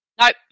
Nope